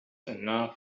enough